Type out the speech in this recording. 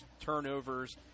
turnovers